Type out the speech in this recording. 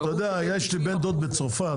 יש לי בן דוד בפריז,